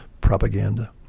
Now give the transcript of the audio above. propaganda